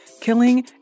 killing